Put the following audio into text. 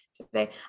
today